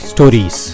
Stories